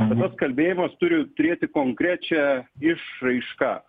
bet tas kalbėjimas turi turėti konkrečią išraišką